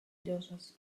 llosses